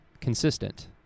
consistent